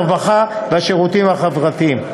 הרווחה והשירותים החברתיים.